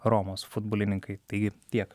romos futbolininkai taigi tiek